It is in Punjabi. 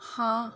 ਹਾਂ